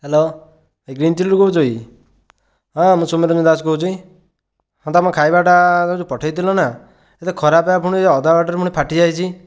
hello green ଚିଲିରୁ କହୁଛ କି ହଁ ମୁଁ ସୌମ୍ୟରଞ୍ଜନ ଦାସ କହୁଛି ହଁ ତୁମେ ଖାଇବାଟା ଯେଉଁ ପଠେଇଥିଲ ନା ସେ ତ ଖରାପ ପୁଣି ଅଧା ବାଟରେ ପୁଣି ଫାଟିଯାଇଛି